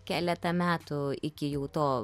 keletą metų iki jau to